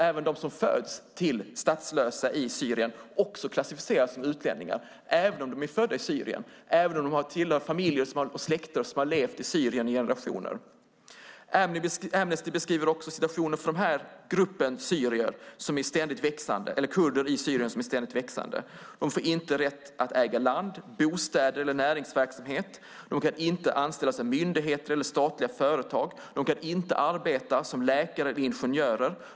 Även de som föds till statslösa i Syrien klassificeras också som utlänningar, även om de är födda i Syrien och tillhör familjer och släkter som har levt i Syrien i generationer. Amnesty beskriver även situationen för denna grupp kurder i Syrien som är ständigt växande. De har inte rätt att äga land, bostäder eller näringsverksamhet. De kan inte anställas av myndigheter eller statliga företag. De kan inte arbeta som läkare eller ingenjörer.